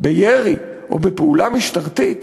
בירי או בפעולה משטרתית